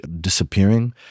disappearing